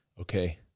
Okay